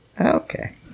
Okay